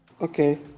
Okay